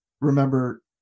remember